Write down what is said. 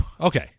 okay